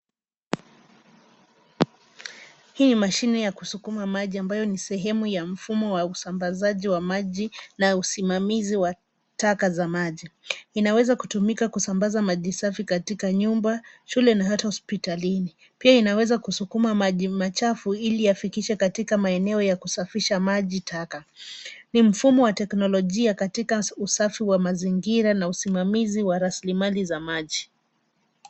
Hii ni mashine ya kusukuma maji ambayo ni sehemu ya mfumo wa usambazaji wa maji na usimamizi wa taka za maji. Inaweza kutumika kusambaza maji safi katika nyumba, shule na hata hospitalini. Pia inaweza kusukuma maji machafu ili yafikishe katika maeneo ya kusafisha maji taka. Ni mfumo wa teknolojia katika usafi wa mazingira na usimamizi wa rasilimali za maji.